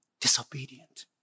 disobedient